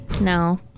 No